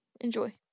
enjoy